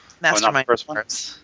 Mastermind